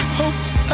hopes